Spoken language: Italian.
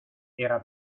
era